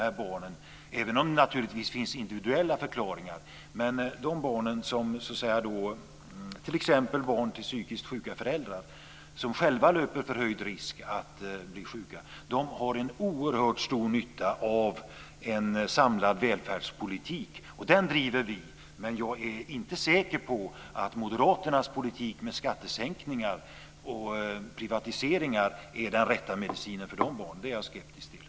Även om det naturligtvis finns individuella förklaringar tror jag att t.ex. barn till psykiskt sjuka föräldrar, som själva löper förhöjd risk att bli sjuka, har en oerhört stor nytta av en samlad välfärdspolitik, och den driver vi. Men jag är inte säker på att moderaternas politik med skattesänkningar och privatiseringar är den rätta medicinen för de här barnen. Det är jag skeptisk till.